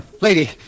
Lady